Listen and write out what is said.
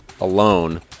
alone